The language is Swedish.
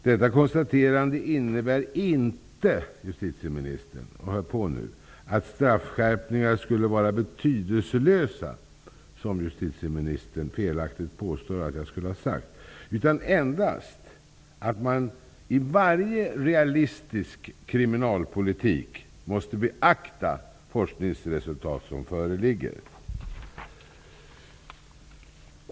Detta konstaterande innebär inte -- hör på nu, justitieministern -- att straffskärpningar skulle vara betydelselösa, som justitieministern felaktigt påstår att jag skulle ha sagt, utan endast att man i varje realistisk kriminalpolitik måste beakta de forskningsresultat som föreligger.